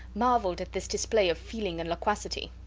marvelled at this display of feeling and loquacity.